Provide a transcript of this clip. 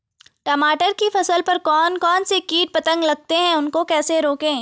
टमाटर की फसल पर कौन कौन से कीट पतंग लगते हैं उनको कैसे रोकें?